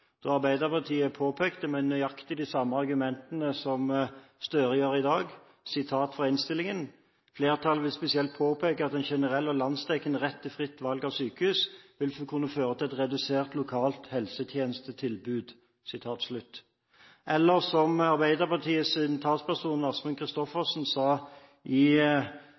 da Arbeiderpartiet påpekte, med nøyaktig de samme argumentene som Støre bruker i dag: «Flertallet vil spesielt påpeke at en generell og landsdekkende rett til fritt valg av sykehus vil kunne føre til et redusert lokalt helsetjenestetilbud.» Eller som Arbeiderpartiets talsperson Asmund Kristoffersen sa da Høyre kjempet for individuelle medisinske tidsfrister, som Arbeiderpartiet i